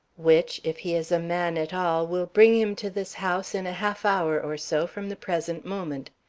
which, if he is a man at all, will bring him to this house in a half-hour or so from the present moment.